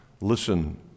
Listen